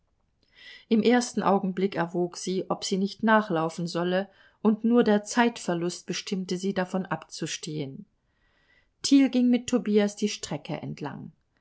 im ersten augenblick erwog sie ob sie nicht nachlaufen solle und nur der zeitverlust bestimmte sie davon abzustehen thiel ging mit tobias die strecke entlang